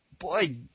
boy